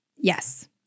yes